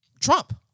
Trump